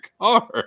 car